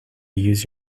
use